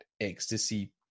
ecstasy